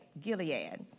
Gilead